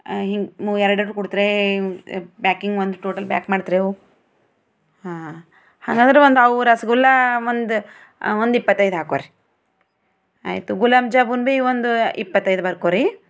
ಹೀಗೆ ಎರಡು ಎರಡು ಕೊಡ್ತೀರಾ ಪ್ಯಾಕಿಂಗ್ ಒಂದು ಟೋಟಲ್ ಪ್ಯಾಕ್ ಮಾಡ್ತೆರ್ವು ಹಾಂ ಹಾಗಾದ್ರ ಒಂದು ಅವು ರಸಗುಲ್ಲ ಒಂದು ಒಂದು ಇಪ್ಪತ್ತೈದು ಹಾಕೋ ರಿ ಆಯಿತು ಗುಲಾಬ್ ಜಾಮೂನ್ ಭೀ ಒಂದು ಇಪ್ಪತ್ತೈದು ಬರ್ಕೋ ರಿ